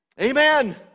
Amen